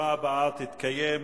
הישיבה הבאה תתקיים